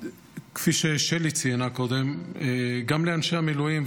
כפי ששלי ציינה קודם, גם לאנשי המילואים.